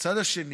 והצד השני